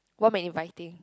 warm and inviting